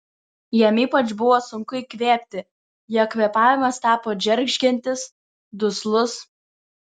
jam ypač buvo sunku įkvėpti jo kvėpavimas tapo džeržgiantis duslus